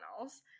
else